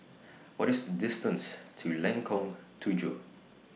What IS distance to Lengkong Tujuh